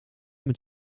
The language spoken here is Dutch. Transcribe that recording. met